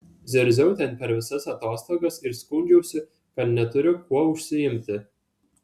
zirziau ten per visas atostogas ir skundžiausi kad neturiu kuo užsiimti